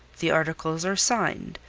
the articles are signed.